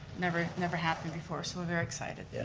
never never happened before, so we're very excited. yeah